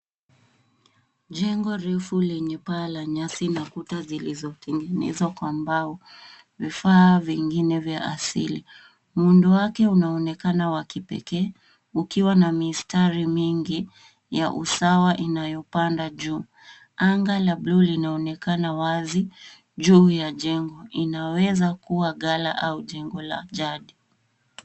Jengo refu lenye paa la nyasi na kuta zilizotengenezwa kwa mbao vifaa vingine vya asili. Muundo wake unaonekana wa kipekee ukiwa na mistari mingi ya usawa inayopanda juu. Anga la buluu linaonekana wazi juu ya jengo. Inaweza kuwa ghala au jengo la jadi.